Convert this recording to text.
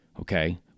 okay